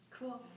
Cool